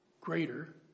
Greater